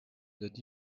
that